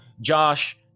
josh